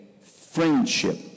friendship